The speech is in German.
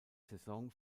saison